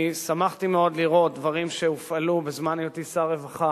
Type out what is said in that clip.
שמחתי מאוד לראות דברים שהופעלו בזמן היותי שר רווחה